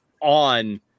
on